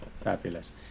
Fabulous